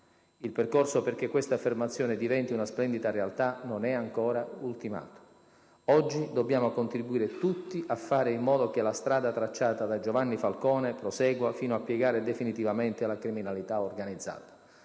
II percorso perché questa affermazione diventi una splendida realtà non è ancora ultimato. Oggi dobbiamo contribuire tutti a fare in modo che la strada tracciata da Giovanni Falcone prosegua fino a piegare definitivamente la criminalità organizzata.